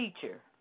teacher